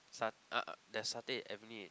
sa~ uh there's satay in Avenue Eight